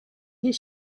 his